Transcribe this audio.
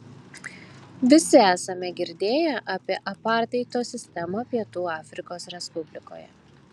visi esame girdėję apie apartheido sistemą pietų afrikos respublikoje